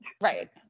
Right